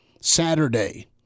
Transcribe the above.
Saturday